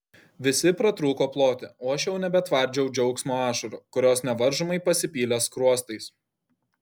visi pratrūko ploti o aš jau nebetvardžiau džiaugsmo ašarų kurios nevaržomai pasipylė skruostais